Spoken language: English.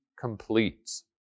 completes